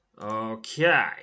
okay